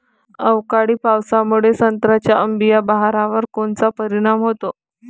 अवकाळी पावसामुळे संत्र्याच्या अंबीया बहारावर कोनचा परिणाम होतो?